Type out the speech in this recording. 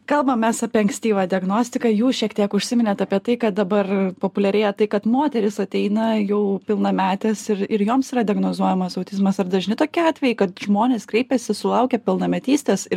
kalbam mes apie ankstyvą diagnostiką jūs šiek tiek užsiminėt apie tai kad dabar populiarėja tai kad moterys ateina jau pilnametės ir ir joms yra diagnozuojamas autizmas ar dažni tokie atvejai kad žmonės kreipiasi sulaukę pilnametystės ir